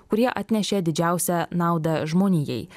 kurie atnešė didžiausią naudą žmonijai